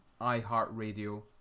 iHeartRadio